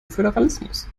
föderalismus